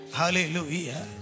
hallelujah